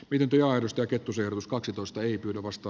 pidempi laadusta kettusen rus kaksitoista ei pyydä vasta